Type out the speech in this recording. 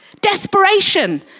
Desperation